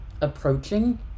approaching